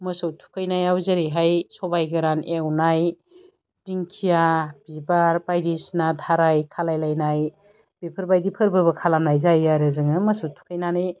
मोसौ थुखैनायाव जेरैहाय सबाय गोरान एवनाय दिंखिया बिबार बायदिसिना थाराय खालायलायनाय बेफोरबायदि फोरबोबो खालामनाय जायो आरो जोङो मोसौ थुखैनानै